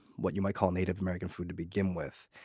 what you might call native american food to begin with.